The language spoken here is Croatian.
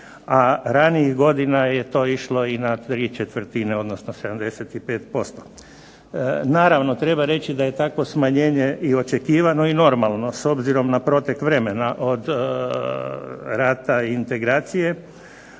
a ranijih godina je to išlo i na ¾ odnosno 75%. Naravno, treba reći da je takvo smanjenje i očekivano i normalno, s obzirom na protek vremena od rata i integracije.